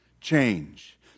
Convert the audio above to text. change